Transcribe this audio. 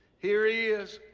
here he is,